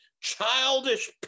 childish